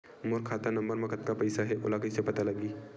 मोर खाता नंबर मा कतका पईसा हे ओला कइसे पता लगी?